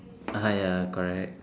(uh huh) ya correct